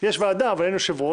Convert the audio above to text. יש ועדה אבל אין יושב-ראש.